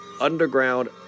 underground